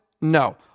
No